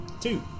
Two